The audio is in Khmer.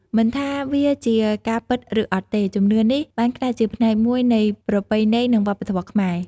មិនថាវាជាការពិតឬអត់ទេ ជំនឿនេះបានក្លាយជាផ្នែកមួយនៃប្រពៃណីនិងវប្បធម៌ខ្មែរ។